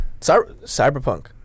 Cyberpunk